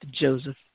Joseph